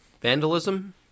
Vandalism